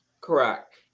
Correct